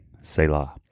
selah